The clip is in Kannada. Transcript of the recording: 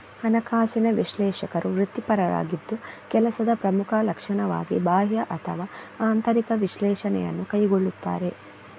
ಹಣಕಾಸಿನ ವಿಶ್ಲೇಷಕರು ವೃತ್ತಿಪರರಾಗಿದ್ದು ಕೆಲಸದ ಪ್ರಮುಖ ಲಕ್ಷಣವಾಗಿ ಬಾಹ್ಯ ಅಥವಾ ಆಂತರಿಕ ವಿಶ್ಲೇಷಣೆಯನ್ನು ಕೈಗೊಳ್ಳುತ್ತಾರೆ